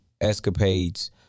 escapades